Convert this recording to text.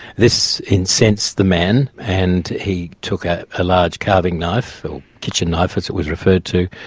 this incensed the man and he took a ah large carving knife or kitchen knife, as it was referred to,